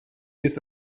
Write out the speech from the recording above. ist